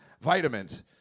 vitamins